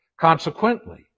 Consequently